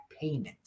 payment